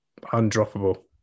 undroppable